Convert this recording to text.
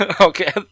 Okay